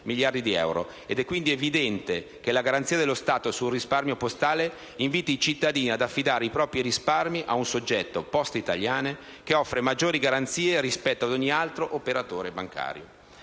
È quindi evidente che la garanzia dello Stato sul risparmio postale inviti i cittadini ad affidare i propri risparmi ad un soggetto, Poste italiane, che offre maggiori garanzie rispetto ad ogni altro operatore bancario.